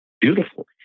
Beautiful